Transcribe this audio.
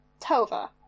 Tova